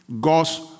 God's